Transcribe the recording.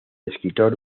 escritor